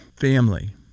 family